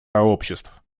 обществ